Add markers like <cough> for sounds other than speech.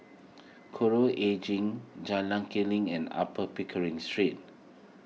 <noise> Coral Edging Jalan Kilang and Upper Pickering Street